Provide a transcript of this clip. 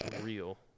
real